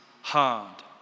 hard